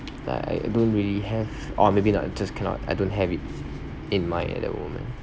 like I don't really have or maybe not just cannot I don't have it in mind at the moment